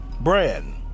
brand